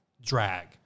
drag